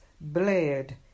blared